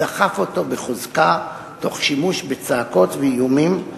דחף אותו בחוזקה תוך שימוש בצעקות ואיומים,